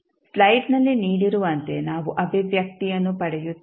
ಸ್ಲೈಡ್ನಲ್ಲಿ ನೀಡಿರುವಂತೆ ನಾವು ಅಭಿವ್ಯಕ್ತಿಯನ್ನು ಪಡೆಯುತ್ತೇವೆ